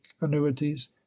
annuities